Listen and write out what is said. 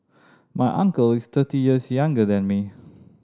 my uncle is thirty years younger than me